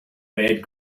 red